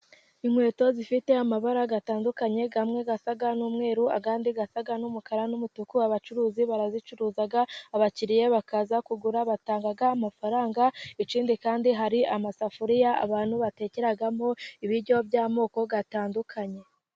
Inkweto zifite amabara atandukanye, amwe asa n'umweru, andi asa n'umukara, n'umutuku, abacuruzi barazicuruza, abakiriya bakaza kugura batanga amafaranga, kandi hari amasafuriya abantu batekeramo ibiryo by'amoko atandukanye.